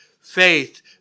Faith